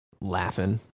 laughing